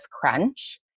crunch